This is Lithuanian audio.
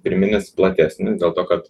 pirminis platesnis dėl to kad